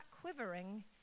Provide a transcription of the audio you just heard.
quivering